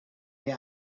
yet